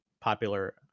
popular